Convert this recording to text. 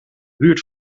buurt